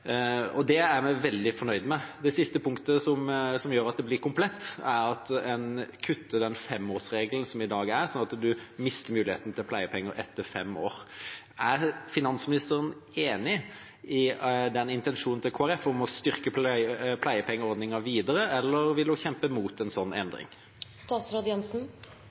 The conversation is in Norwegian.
år. Det er vi veldig fornøyd med. Det siste punktet som gjør at det blir komplett, er at en kutter den femårsregelen en har i dag, slik at en mister muligheten til pleiepenger etter fem år. Er finansministeren enig i intensjonen til Kristelig Folkeparti om å styrke pleiepengeordningen videre, eller vil hun kjempe mot en sånn